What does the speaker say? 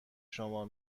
شمار